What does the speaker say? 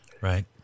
right